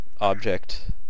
object